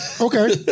Okay